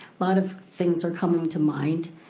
lot of things are coming to mind.